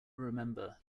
remember